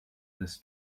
this